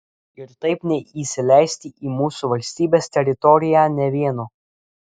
ir taip neįsileisti į mūsų valstybės teritoriją nė vieno